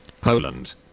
Poland